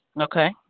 Okay